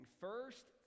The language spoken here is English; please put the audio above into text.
First